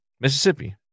mississippi